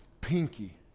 pinky